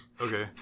Okay